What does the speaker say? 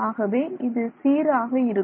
ஆகவே இது சீராக இருக்கும்